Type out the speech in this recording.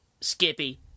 Skippy